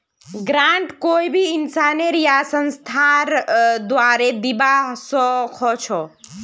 grant कोई भी इंसानेर या संस्थार द्वारे दीबा स ख छ